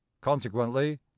Consequently